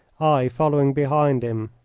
i following behind him.